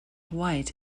white